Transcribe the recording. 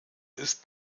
ist